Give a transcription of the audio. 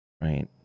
right